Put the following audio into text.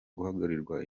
guharanira